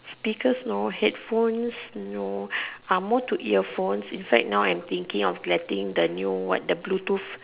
speakers no headphone no I am more to ear phones in fact now I am thinking of getting the new want the Bluetooth